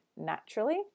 naturally